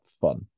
fun